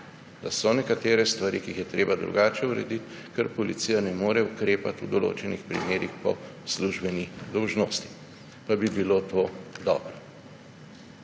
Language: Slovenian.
Da so nekatere stvari, ki jih je treba drugače urediti, ker policija ne more ukrepati v določenih primerih po službeni dolžnosti, pa bi bilo to dobro.